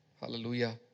Hallelujah